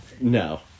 No